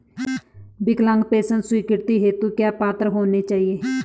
विकलांग पेंशन स्वीकृति हेतु क्या पात्रता होनी चाहिये?